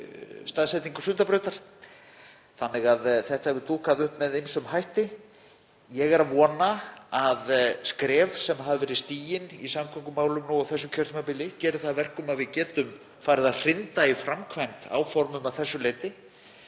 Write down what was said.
þannig að þetta hefur dúkkað upp með ýmsum hætti. Ég er að vona að skref sem hafa verið stigin í samgöngumálum á þessu kjörtímabili geri það að verkum að við getum farið að hrinda í framkvæmd áformum að þessu leyti.